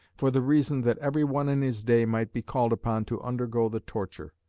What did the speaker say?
for the reason that every one in his day might be called upon to undergo the torture.